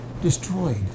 destroyed